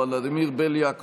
ולדימיר בליאק,